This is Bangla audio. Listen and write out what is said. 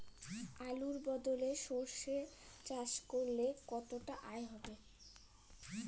আলুর বদলে সরষে চাষ করলে কতটা আয় হবে?